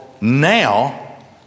now